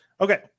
Okay